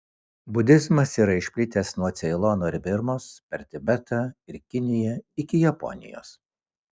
budizmas yra išplitęs nuo ceilono ir birmos per tibetą ir kiniją iki japonijos